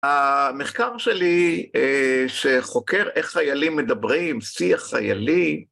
המחקר שלי, שחוקר איך חיילים מדברים, שיח חיילי,